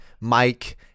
Mike